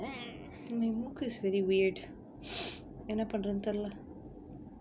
mm இந்த ஊக்:intha ook is really weird என்ன பண்றதுன் தெரில:enna panrathun therila